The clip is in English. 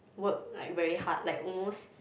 work like very hard like almost